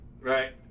right